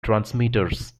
transmitters